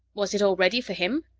was it already, for him?